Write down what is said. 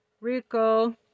Rico